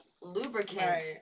lubricant